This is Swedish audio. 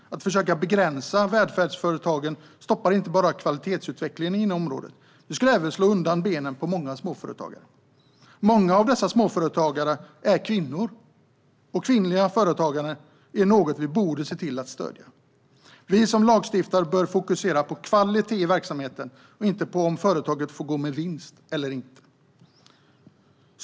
Att försöka begränsa välfärdsföretagen stoppar inte bara kvalitetsutvecklingen inom området, utan det skulle även slå undan benen på många småföretagare. Många av dessa småföretagare är kvinnor, och kvinnligt företagande om något borde vi se till att stödja. Vi som lagstiftare bör fokusera på kvaliteten i verksamheten och inte på om företaget får gå med vinst eller inte.